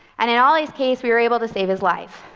and in ollie's case, we were able to save his life.